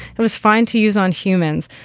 it was fine to use on humans.